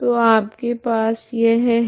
तो आपके पास यह है